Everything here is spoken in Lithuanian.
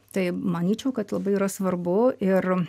tai manyčiau kad labai yra svarbu ir